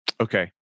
Okay